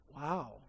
Wow